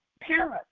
parents